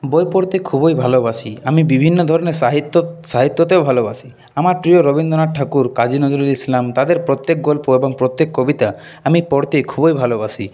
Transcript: বই পড়তে খুবই ভালোবাসি আমি বিভিন্ন ধরনের সাহিত্য সাহিত্যও ভালোবাসি আমার প্রিয় রবীন্দ্রনাথ ঠাকুর কাজি নজরুল ইসলাম তাঁদের প্রত্যেক গল্প এবং প্রত্যেক কবিতা আমি পড়তে খুবই ভালোবাসি